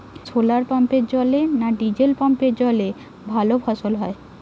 শোলার পাম্পের জলে না ডিজেল পাম্পের জলে ভালো ফসল হয়?